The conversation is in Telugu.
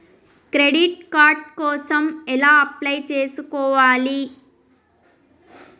క్రెడిట్ కార్డ్ కోసం ఎలా అప్లై చేసుకోవాలి?